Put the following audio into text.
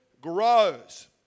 grows